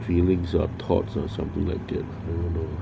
feelings or thoughts or something like that